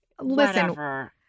listen